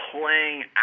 playing